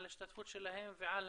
על ההשתתפות שלהם ועל